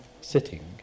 sitting